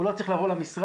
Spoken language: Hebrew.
הוא לא צריך לבוא למשרד,